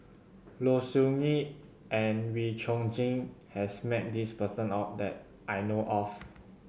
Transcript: Low Siew Nghee and Wee Chong Jin has met this person that I know of